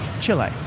Chile